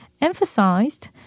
emphasized